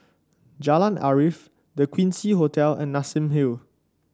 Jalan Arif The Quincy Hotel and Nassim Hill